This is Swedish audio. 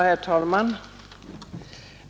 Herr talman!